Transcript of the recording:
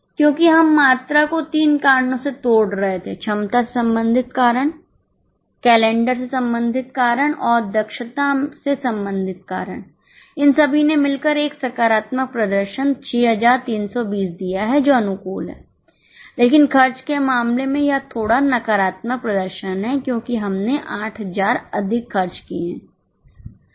क्योंकि हम मात्रा को तीन कारणों से तोड़ रहे थे क्षमता से संबंधित कारण कैलेंडर से संबंधित कारण और दक्षता से संबंधित कारण इन सभी ने मिलकर एक सकारात्मक प्रदर्शन 6320 दिया है जो अनुकूल है लेकिन खर्च के मामले में यह थोड़ा नकारात्मक प्रदर्शन है क्योंकि हमने 8000 अधिक खर्च किए हैं